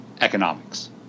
economics